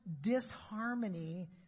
disharmony